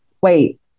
Wait